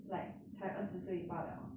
like 才二十岁罢了